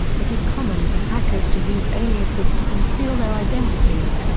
it is common for hackers to use aliases to conceal their identities.